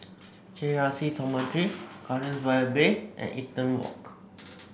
J R C Dormitory Gardens by the Bay and Eaton Walk